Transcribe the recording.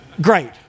Great